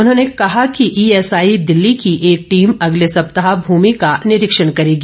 उन्होंने कहा कि ईएस आई दिल्ली की एक टीम अगले सप्ताह भूमि का निरीक्षण करेगी